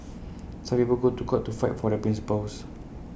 some people go to court to fight for their principles